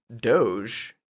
Doge